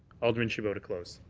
alderman chabot to close.